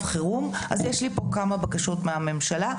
חירום אז יש לי פה כמה בקשות מהממשלה.